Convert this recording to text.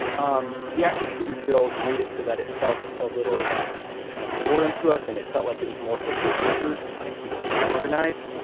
um the active shooter drills made it so that it felt a little less kind of foreign to us, and it felt like it was more for the teachers to kind of keep things organized.